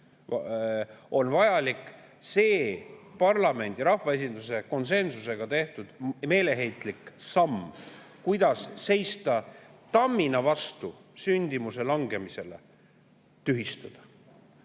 on vajalik see parlamendi, rahvaesinduse konsensusega tehtud meeleheitlik samm, et seista tammina vastu sündimuse langemisele, tühistada.